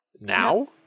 Now